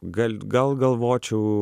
gal gal galvočiau